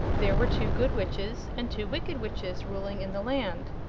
there were two good witches and two wicked witches ruling in the land.